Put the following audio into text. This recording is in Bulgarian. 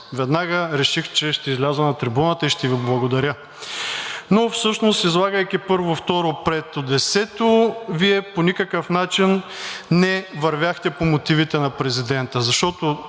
веднага реших, че ще изляза на трибуната и ще Ви благодаря. Всъщност, излагайки първо, второ, пето, десето, Вие по никакъв начин не вървяхте по мотивите на президента,